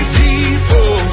people